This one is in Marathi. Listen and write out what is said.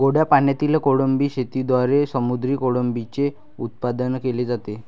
गोड्या पाण्यातील कोळंबी शेतीद्वारे समुद्री कोळंबीचे उत्पादन केले जाते